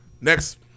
Next